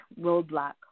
roadblock